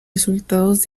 resultados